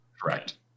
correct